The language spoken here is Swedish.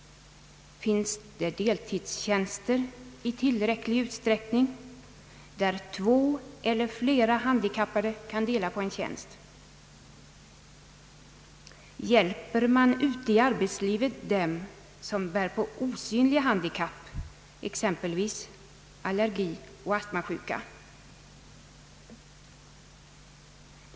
Finns det deltidstjänster i tillräcklig utsträckning, där två eller flera handikappade kan dela på en tjänst? Hjälper man ute i arbetslivet dem som bär på osynliga handikapp, exempelvis allergioch astmasjuka?